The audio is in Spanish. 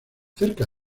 cerca